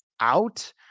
out